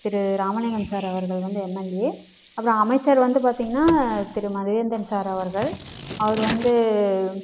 திரு Ramalingam sir அவர்கள் வந்து MLA அப்புறம் அமைச்சர் வந்து பார்த்திங்கன்னா திரு மகேந்திரன் சார் அவர்கள் அவர் வந்து